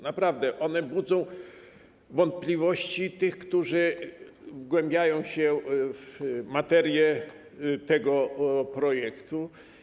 Naprawdę one budzą wątpliwości tych, którzy wgłębiają się w materię tego projektu.